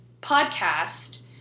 podcast